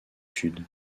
sud